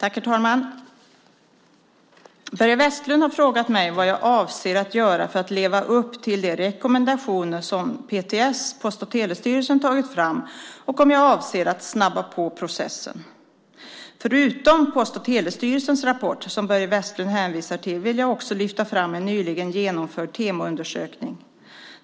Herr talman! Börje Vestlund har frågat mig vad jag avser att göra för att leva upp till de rekommendationer som PTS, Post och telestyrelsen, tagit fram och om jag avser att snabba på processen. Förutom Post och telestyrelsens rapport, som Börje Vestlund hänvisar till, vill jag lyfta fram en nyligen genomförd Temoundersökning.